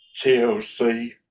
TLC